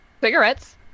cigarettes